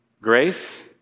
grace